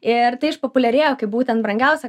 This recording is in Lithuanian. ir tai išpopuliarėjo kaip būtent brangiausia